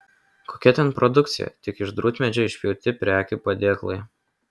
kokia ten produkcija tik iš drūtmedžio išpjauti prekių padėklai